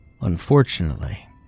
Unfortunately